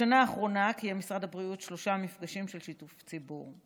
בשנה האחרונה קיים משרד הבריאות שלושה מפגשים של שיתוף הציבור.